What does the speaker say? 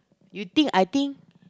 you think I think